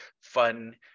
fun